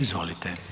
Izvolite.